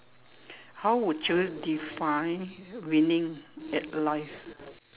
how would you define winning at life